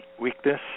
weakness